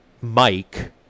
mike